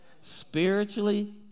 spiritually